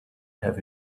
have